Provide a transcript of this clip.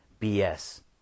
BS